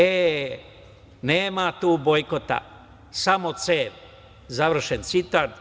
E, nema tu bojkota, samo cev.“ Završen citat.